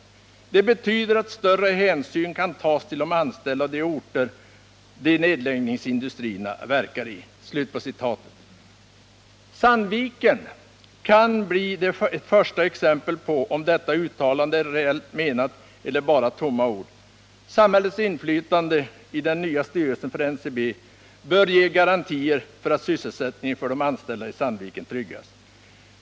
Det betyder att större hänsyn kan tas till de anställda och de orter de nedläggningshotade industrierna verkar i.” Sandviken kan bli ett första exempel på om detta uttalande är reellt menat eller bara tomma ord. Samhällets inflytande i den nya styrelsen för NCB bör ge garantier för att sysselsättningen för de i Sandviken anställda tryggas.